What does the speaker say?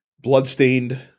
Bloodstained